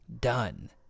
done